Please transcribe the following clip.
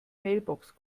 mailbox